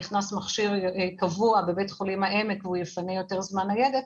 נכנס מכשיר קבוע בבית חולים העמק והוא יפנה יותר זמן ניידת,